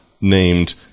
named